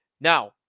Now